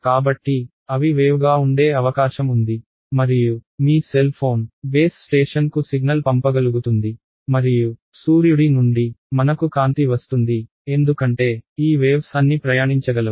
కాబట్టి అవి వేవ్ గా ఉండే అవకాశం ఉంది మరియు మీ సెల్ ఫోన్ బేస్ స్టేషన్కు సిగ్నల్ పంపగలుగుతుంది మరియు సూర్యుడి నుండి మనకు కాంతి వస్తుంది ఎందుకంటే ఈ వేవ్స్ అన్ని ప్రయాణించగలవు